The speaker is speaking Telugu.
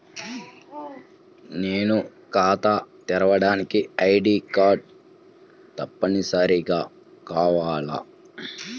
నేను ఖాతా తెరవడానికి ఐ.డీ కార్డు తప్పనిసారిగా కావాలా?